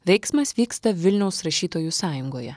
veiksmas vyksta vilniaus rašytojų sąjungoje